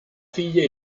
figlia